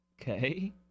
okay